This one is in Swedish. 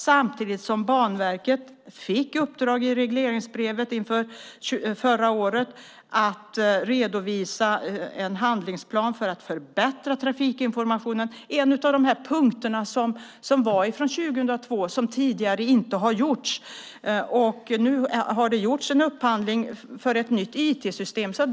Samtidigt fick Banverket i uppdrag i regleringsbrevet inför förra året att redovisa en handlingsplan för att förbättra trafikinformationen. Det är en av punkterna från 2002 som tidigare inte har åtgärdats. Nu har det gjorts en upphandling om ett nytt IT-system.